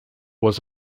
was